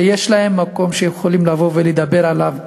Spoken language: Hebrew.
שיש להם מקום שהם יכולים לבוא ולדבר בו.